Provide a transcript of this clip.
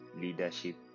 leadership